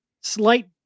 slight